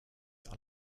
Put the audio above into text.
are